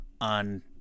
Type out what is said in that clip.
on